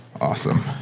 Awesome